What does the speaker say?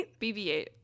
BB-8